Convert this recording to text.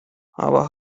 aber